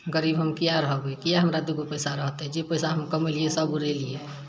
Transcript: गरीब हम किये रहबै किये हमरा दुगो पैसा रहतै जे पैसा हम कमैलियै सभ उड़ेलियै